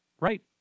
right